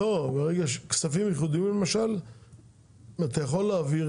כספים ייחודיים למשל אתה יכול להעביר